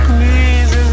Please